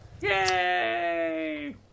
yay